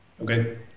Okay